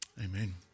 amen